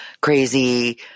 crazy